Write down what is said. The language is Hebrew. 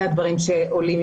וכולי.